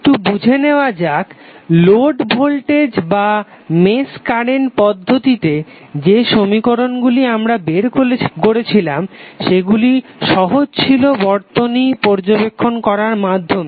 একটু বুঝে নেওয়া যাক নোড ভোল্টেজ অথবা মেশ কারেন্ট পদ্ধতিতে যে সমীকরণগুলি আমরা বের করেছিলাম সেগুলি সহজ ছিলো বর্তনী পর্যবেক্ষণ করার মাধ্যমে